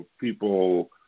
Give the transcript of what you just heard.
people